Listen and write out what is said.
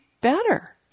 better